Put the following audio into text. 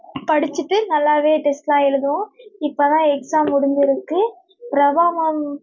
படிச்சுட்டு நல்லாவே டெஸ்ட்லாம் எழுதுவோம் இப்போ தான் எக்ஸாம் முடிஞ்சிருக்கு பிரபா மேம்